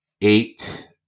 eight